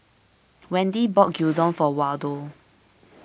Wendi bought Gyudon for Waldo